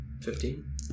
Fifteen